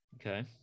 Okay